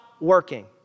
working